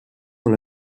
dans